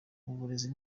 uburezi